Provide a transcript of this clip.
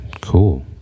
Cool